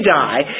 die